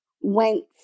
went